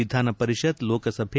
ವಿಧಾನಪರಿಷತ್ ಲೋಕಸಭೆ